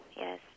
yes